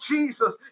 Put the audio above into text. Jesus